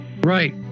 Right